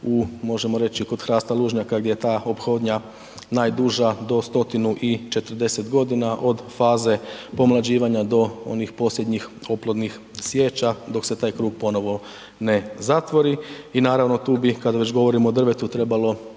u, možemo reći, kod hrasta lužnjaka gdje je ta ophodnja najduža, do 140.g. od faze pomlađivanja do onih posljednjih oplodnih sječa, dok se taj krug ponovo ne zatvori. I naravno tu bi, kad već govorimo o drvetu trebalo